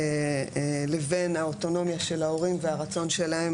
לבין האוטונומיה של ההורים והרצון שלהם